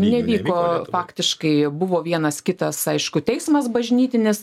nevyko faktiškai buvo vienas kitas aišku teismas bažnytinis